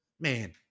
man